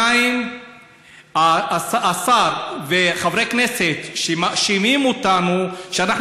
2. השר וחברי כנסת שמאשימים אותנו שאנחנו